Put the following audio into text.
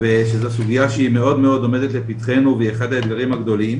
ושזה סוגייה שהיא מאד מאוד עומדת לפתחנו והיא אחד האתגרים הגדולים